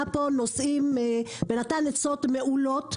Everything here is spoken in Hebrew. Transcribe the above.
היושב-ראש העלה פה נושאים ונתן עצות מעולות.